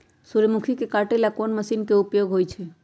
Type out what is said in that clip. सूर्यमुखी के काटे ला कोंन मशीन के उपयोग होई छइ?